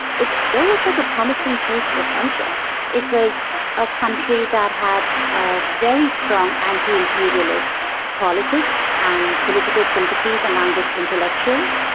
it still looked like a promising choice for friendship it was a country that had a very strong anti-imperialist politics and political sympathies among its intellectuals,